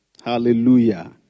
Hallelujah